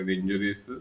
injuries